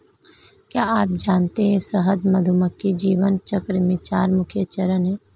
क्या आप जानते है शहद मधुमक्खी जीवन चक्र में चार मुख्य चरण है?